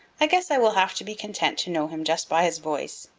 i guess i will have to be content to know him just by his voice.